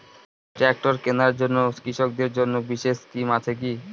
Tractor কেনার জন্য কৃষকদের জন্য বিশেষ স্কিম আছে কি?